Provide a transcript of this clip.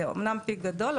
זה אומנם פיק גדול,